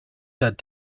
said